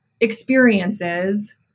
experiences